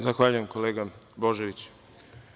Zahvaljujem kolega Božoviću.